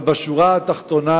אבל בשורה התחתונה,